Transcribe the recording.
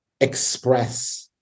express